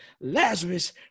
Lazarus